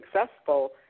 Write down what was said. successful